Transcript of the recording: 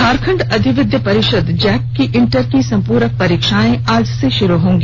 झारखंड अधिविद्य परिषद जैक की इंटर की संपूरक परीक्षाएं आज से शुरू हो गई